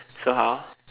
so how